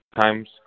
times